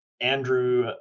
andrew